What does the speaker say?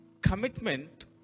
Commitment